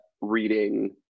reading